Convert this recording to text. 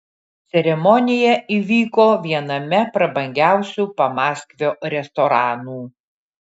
ceremonija įvyko viename prabangiausių pamaskvio restoranų